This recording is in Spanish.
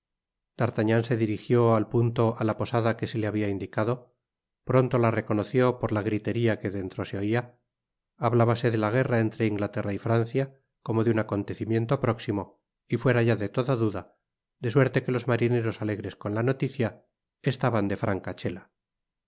dartagnan se dirijió al punto á la posada que se le habia indicado pronto la reconoció por la gritería que dentro se oia hablábase de la guerra entre inglaterra y francia como de un acontecimiento próximo y cuera ya de toda duda de suerte que los marineros alegres con la noticia estaban de francachela